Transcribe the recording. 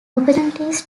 opportunities